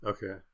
Okay